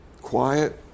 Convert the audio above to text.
quiet